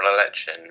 election